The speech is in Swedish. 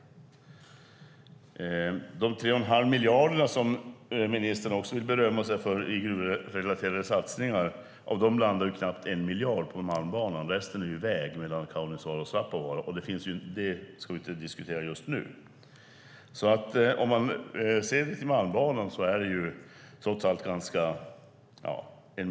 Av de 3 1⁄2 miljarderna som ministern också vill berömma sig för i gruvrelaterade satsningar landar knappt 1 miljard på Malmbanan. Resten är väg mellan Kaunisvaara och Svappavaara. Men de frågorna ska vi inte diskutera just nu.